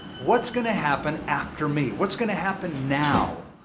what's going to happen after me? what's going to happen now?